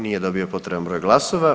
Nije dobio potreban broj glasova.